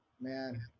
Man